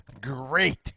great